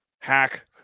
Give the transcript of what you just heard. Hack